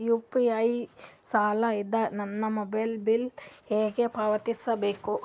UPI ಸೌಲಭ್ಯ ಇಂದ ನನ್ನ ಮೊಬೈಲ್ ಬಿಲ್ ಹೆಂಗ್ ಪಾವತಿಸ ಬೇಕು?